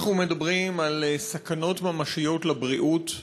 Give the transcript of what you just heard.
אנחנו מדברים על סכנות ממשיות לבריאות,